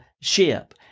ship